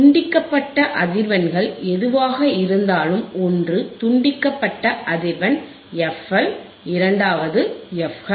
துண்டிக்கப்பட்ட அதிர்வெண்கள் எதுவாக இருந்தாலும் ஒன்று துண்டிக்கப்பட்ட அதிர்வெண் FL இரண்டாவது FH